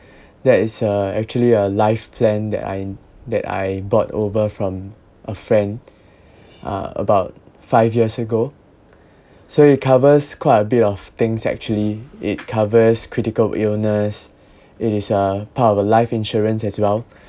that is a actually a life plan that I that I bought over from a friend uh about five years ago so it covers quite a bit of things actually it covers critical illness it is a part of a life insurance as well